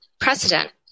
precedent